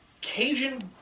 Cajun